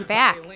back